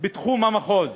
בתחום המחוז